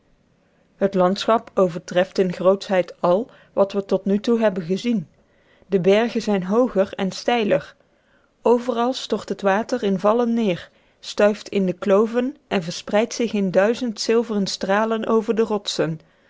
het landschap overtreft in grootschheid al wat we tot nu toe hebben gezien de bergen zijn hooger en steiler overal stort het water in vallen neer stuift in de kloven en verspreidt zich in duizend zilveren stralen over de rotsen